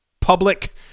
public